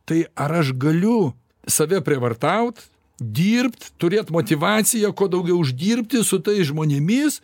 tai ar aš galiu save prievartaut dirbt turėt motyvaciją kuo daugiau uždirbti su tais žmonėmis